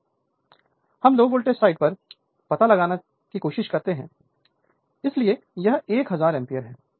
संदर्भ समय 1002 हम लो वोल्टेज साइड पर पता लगाने की कोशिश कर रहे हैं इसलिए यह 1000 एम्पीयर है